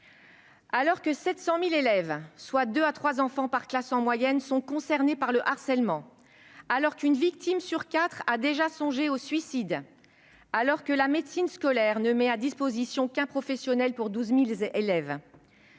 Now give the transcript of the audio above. Alors que 700 000 élèves, soit deux à trois enfants par classe en moyenne, sont concernés par le harcèlement, alors qu'une victime sur quatre a déjà songé au suicide, alors que la médecine scolaire ne met à la disposition des établissements qu'un professionnel pour 12 000 élèves,